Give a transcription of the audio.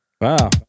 wow